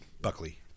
Buckley